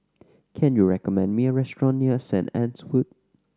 can you recommend me a restaurant near Saint Anne's Wood